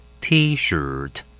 t-shirt